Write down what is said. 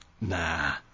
Nah